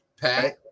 Pat